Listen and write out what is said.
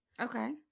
Okay